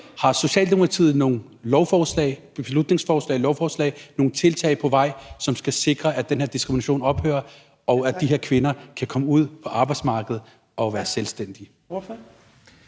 Har Socialdemokratiet nogen lovforslag og tiltag på vej for at sikre, at denne diskrimination ophører, og at de her kvinder kan komme ud på arbejdsmarkedet og være selvstændige?